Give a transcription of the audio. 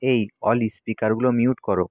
এই অলি স্পিকারগুলো মিউট করো